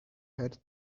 had